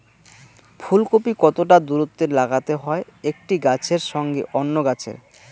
ফুলকপি কতটা দূরত্বে লাগাতে হয় একটি গাছের সঙ্গে অন্য গাছের?